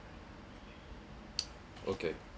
okay